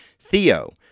Theo